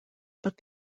but